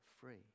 free